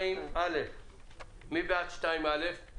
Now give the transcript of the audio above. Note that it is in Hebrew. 2א. מי בעד 2א?